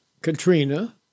Katrina